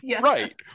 Right